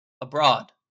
abroad